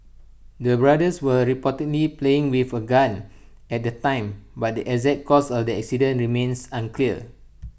the brothers were reportedly playing with A gun at the time but the exact cause of the accident remains unclear